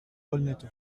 olmeto